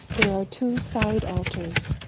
there are two side altars,